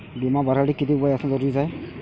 बिमा भरासाठी किती वय असनं जरुरीच हाय?